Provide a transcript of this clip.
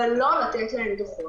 אבל לא לתת להם דו"חות.